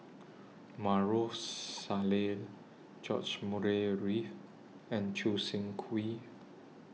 Maarof Salleh George Murray Reith and Choo Seng Quee